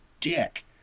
dick